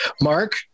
Mark